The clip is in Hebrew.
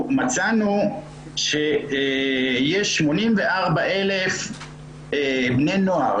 מצאנו שיש 84,000 בני נוער